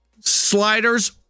sliders